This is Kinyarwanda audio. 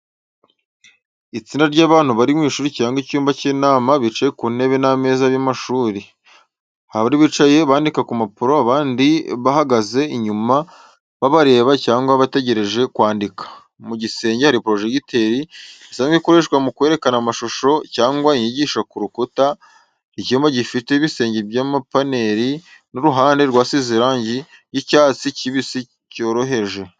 Itsinda ry’abantu bari mu ishuri cyangwa mu cyumba cy’inama, bicaye ku ntebe n’ameza y’amashuri. Hari abari bicaye bandika ku mpapuro, abandi bahagaze inyuma babareba cyangwa bategereje kwandika. Mu gisenge hari porojegiteri, isanzwe ikoreshwa mu kwerekana amashusho cyangwa inyigisho ku rukuta. Icyumba gifite ibisenge by’amapaneli n’uruhande rwasizwe irangi ry’icyatsi kibisi cyoroheje.